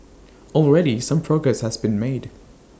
already some progress has been made